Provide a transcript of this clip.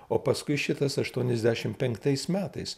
o paskui šitas aštuoniasdešimt penktais metais